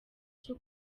cyo